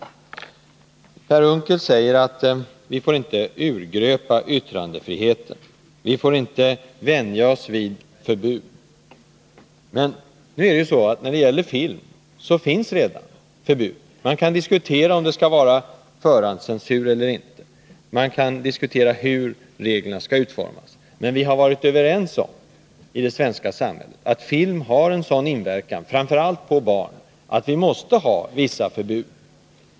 Per Unckel säger att vi inte får urgröpa yttrandefriheten, vi får inte vänja oss vid förbud. Men när det gäller film finns det ju redan förbud. Man kan diskutera om det skall vara förhandscensur eller inte, man kan diskutera hur reglerna skall utformas, men vi har i det svenska samhället varit överens om att film har en sådan inverkan, framför allt på barn, att vi måste ha vissa förbud.